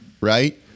right